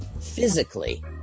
...physically